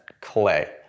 clay